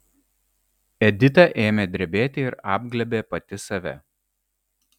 edita ėmė drebėti ir apglėbė pati save